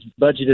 budgeted